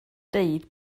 dweud